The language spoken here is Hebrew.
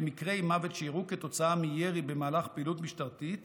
במקרי מוות שאירעו כתוצאה מירי במהלך פעילות משטרתית